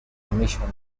commissioned